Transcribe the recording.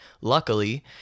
luckily